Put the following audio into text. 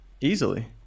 easily